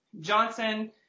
Johnson